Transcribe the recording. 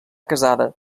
casada